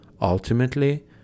Ultimately